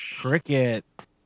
cricket